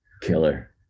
killer